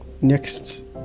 next